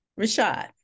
Rashad